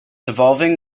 evolving